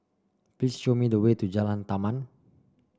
please show me the way to Jalan Taman